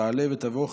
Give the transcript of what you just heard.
תעלה ותבוא.